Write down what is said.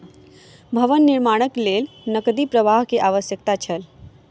भवन निर्माणक लेल नकदी प्रवाह के आवश्यकता छल